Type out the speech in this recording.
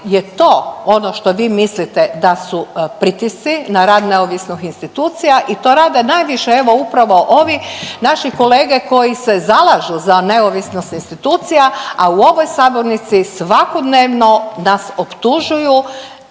je to ono to vi mislite da su pritisci na rad neovisnih institucija? I to rade najviše evo upravo ovi naši kolege koji se zalažu za neovisnost institucija, a u ovoj sabornici svakodnevno nas optužuju